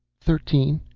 thirteen.